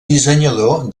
dissenyador